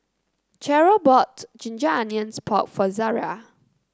Cherrelle bought Ginger Onions Pork for Zaria